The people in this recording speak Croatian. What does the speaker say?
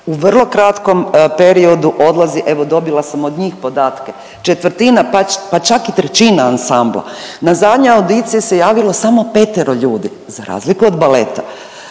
U vrlo kratkom periodu odlazi evo dobila sam od njih podatke četvrtina, pa čak i trećina ansambla. Na zadnjoj audiciji se javilo samo petero ljudi za razliku od baleta.